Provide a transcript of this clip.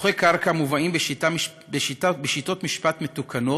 סכסוכי קרקע מובאים, בשיטות משפט מתוקנות,